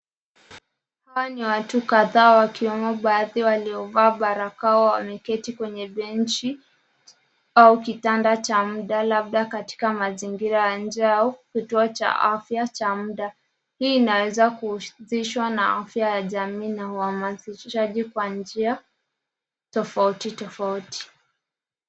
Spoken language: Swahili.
Hawa ni watu kadhaa wakiwemo baadhi waliovaa barakoa. Wameketi kwenye benji au kitanda cha muda, labda katika mazingira ya nje au kituo cha afya cha muda. Hii inaweza kuuzishwa na afya ya jamii, na uhamazishaji kwa njia tofauti tofauti.